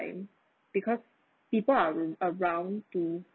time because people are um around to